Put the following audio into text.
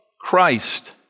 Christ